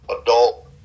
adult